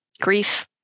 grief